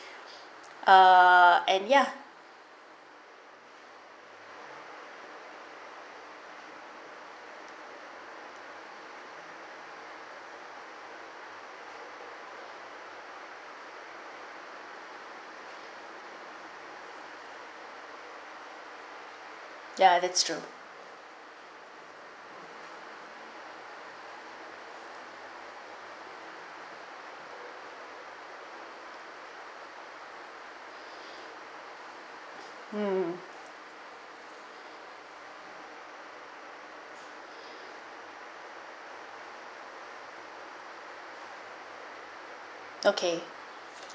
ah and ya ya that's true mm okay